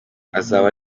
azaba